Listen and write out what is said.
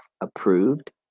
approved